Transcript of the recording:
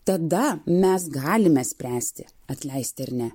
tada mes galime spręsti atleisti ar ne